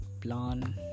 plan